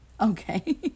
Okay